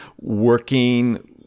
working